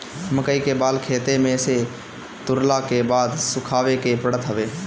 मकई के बाल खेते में से तुरला के बाद सुखावे के पड़त हवे